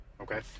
okay